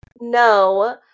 No